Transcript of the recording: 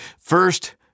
First